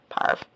Parv